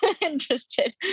interested